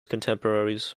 contemporaries